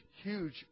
huge